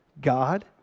God